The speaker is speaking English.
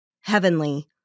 heavenly